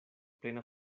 plena